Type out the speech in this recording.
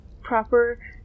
proper